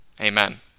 Amen